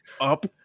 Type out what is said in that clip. up